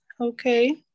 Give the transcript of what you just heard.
Okay